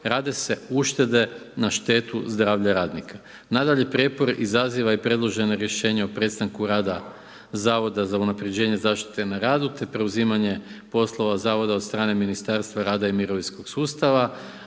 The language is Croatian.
rade se uštede na štetu zdravlja radnika. Nadalje, prijepor izaziva i predloženo rješenje o prestanku rada Zavoda za unapređenje zaštite na radu te preuzimanje poslova Zavoda od strane Ministarstva rada i mirovinskog sustava,